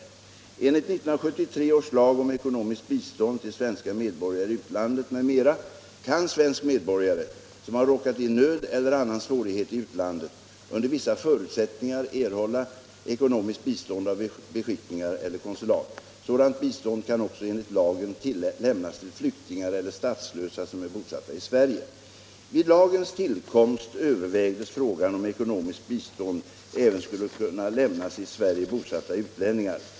Enligt 1973 års lag om ekonomiskt bistånd till svenska medborgare i utlandet m.m. kan svensk medborgare, som har råkat i nöd eller annan svårighet i utlandet, under vissa förutsättningar erhålla ekonomiskt bistånd av beskickning eller konsulat. Sådant bistånd kan också enligt lagen lämnas till flyktingar eller statslösa som är bosatta i Sverige. Vid lagens tillkomst övervägdes frågan om ekonomiskt bistånd även skulle kunna lämnas i Sverige bosatta utlänningar.